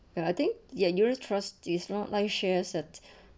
ya I think unit trusts is not like shares ah